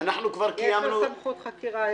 סמכות חקירה.